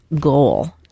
goal